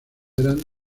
eran